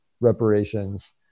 reparations